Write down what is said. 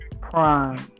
Prime